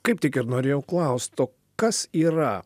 kaip tik ir norėjau klaust o kas yra